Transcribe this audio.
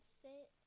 sit